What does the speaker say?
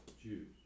Jews